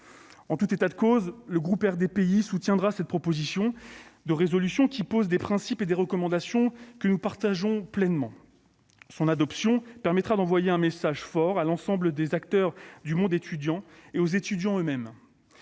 En tout état de cause, le groupe RDPI soutiendra cette proposition de résolution, qui pose des principes et des recommandations que ses membres partagent pleinement. Son adoption permettra d'envoyer un message fort à l'ensemble des acteurs du monde étudiant et aux étudiants eux-mêmes.